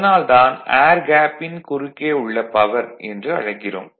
அதனால் தான் ஏர் கேப்பின் குறுக்கே உள்ள பவர் என்று அழைக்கிறோம்